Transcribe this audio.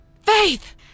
Faith